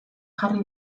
jarri